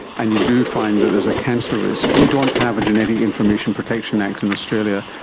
and you do find that there is a cancer risk, we don't have a genetic information protection act in australia,